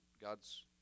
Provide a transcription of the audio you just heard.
God's